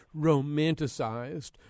romanticized